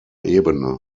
ebene